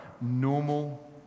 normal